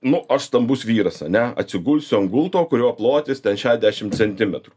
nu aš stambus vyras ane atsigulsiu ant gulto kurio plotis šešiasdešimt centimetrų